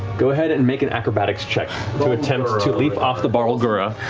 go ahead and make an acrobatics check to attempt to leap off the barlgura.